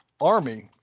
army